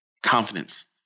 Confidence